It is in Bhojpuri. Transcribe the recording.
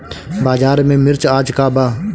बाजार में मिर्च आज का बा?